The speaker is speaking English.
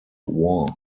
war